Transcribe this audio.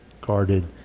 guarded